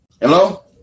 Hello